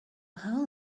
how